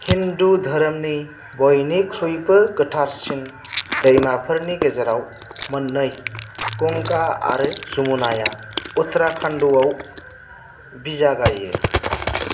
हिन्दु धोरोमनि बयनिख्रुइबो गोथारसिन दैमाफोरनि गेजेराव मोननै गंगा आरो जमुनाया उत्तराखान्ड'आव बिजागायो